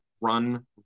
run